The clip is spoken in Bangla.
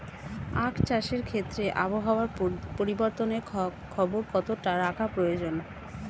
আখ চাষের ক্ষেত্রে আবহাওয়ার পরিবর্তনের খবর কতটা রাখা প্রয়োজন?